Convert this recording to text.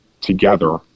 together